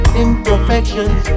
imperfections